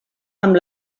amb